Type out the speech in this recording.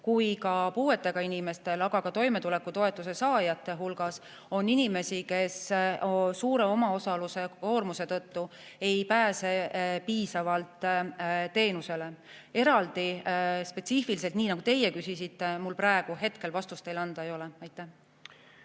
kui ka puudega inimeste, aga ka toimetulekutoetuse saajate hulgas on inimesi, kes suure omaosaluskoormuse tõttu ei pääse piisavalt teenusele. Spetsiifiliselt, nii nagu te küsisite, mul praegu teile vastust anda ei ole. Paul